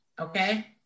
Okay